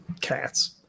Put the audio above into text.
cats